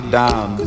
down